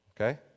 Okay